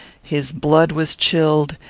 his blood was chilled,